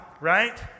right